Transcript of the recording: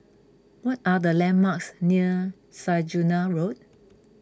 what are the landmarks near Saujana Road